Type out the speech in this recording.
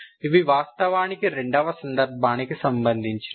ఇది వాస్తవానికి 2 వ సందర్భానికి సంబందించినది